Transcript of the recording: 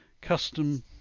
custom